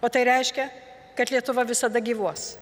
o tai reiškia kad lietuva visada gyvuos